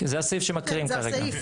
זה הסעיף שמקריאים כרגע.